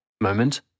moment